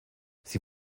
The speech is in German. sie